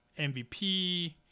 mvp